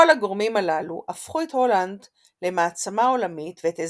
כל הגורמים הללו הפכו את הולנד למעצמה עולמית ואת אזרחיה,